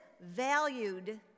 valued